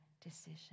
decision